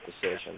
decision